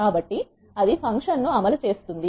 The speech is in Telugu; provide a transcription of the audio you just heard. కాబట్టి అది ఫంక్షన్ ను అమలు చేస్తుంది